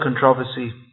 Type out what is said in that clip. controversy